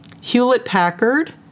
Hewlett-Packard